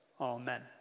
Amen